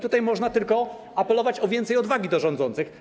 Tutaj można tylko apelować o więcej odwagi do rządzących.